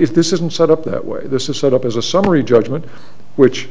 if this isn't set up that way this is set up as a summary judgment which